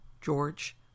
George